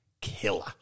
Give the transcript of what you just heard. killer